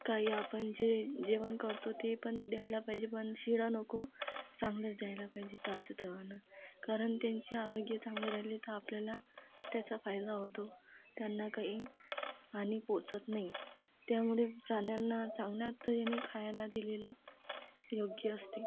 काही आपण जे जेवण करतो ते पण द्यायला पाहिजे पण शिळं नको चांगलंच द्यायला पाहिजे ताजंतवानं कारण त्यांचे आरोग्य चांगले राहिले तर आपल्याला त्याचा फायदा होतो त्यांना काही हानी पोचत नाही त्यामुळे प्राण्यांना चांगल्या तऱ्हेनी खायला दिलेलं योग्य असते